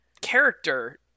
character